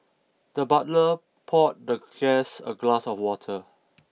the butler poured the guest a glass of water